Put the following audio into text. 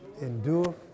endure